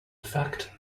fact